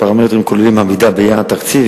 הפרמטרים כוללים עמידה ביעד התקציב,